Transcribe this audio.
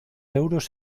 euros